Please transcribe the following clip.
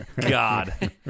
God